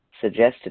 suggested